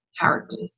characters